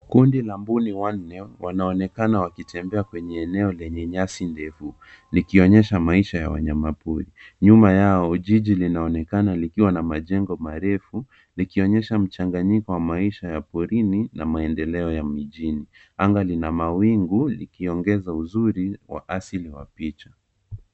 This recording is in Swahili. Kundi la mbuni wanne wanaonekana wakitembea kwenye eneo lenye nyasi ndefu likionyesha maisha ya wanyama pori. Nyuma yao jiji linaonekana likiwa na majengo marefu likionyesha mchanganyiko wa maisha ya porini na maendeleo ya mijini. Anga ni la mawingu likionyesha uzuri wa asili ya picha.